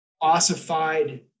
ossified